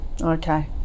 Okay